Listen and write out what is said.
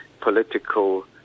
political